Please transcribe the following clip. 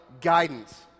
guidance